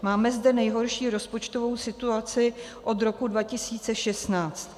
Máme zde nejhorší rozpočtovou situaci od roku 2016.